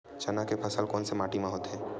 चना के फसल कोन से माटी मा होथे?